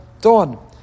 dawn